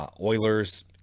Oilers